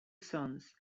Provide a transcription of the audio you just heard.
sons